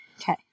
okay